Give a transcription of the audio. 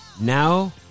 now